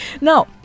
Now